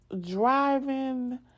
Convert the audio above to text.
driving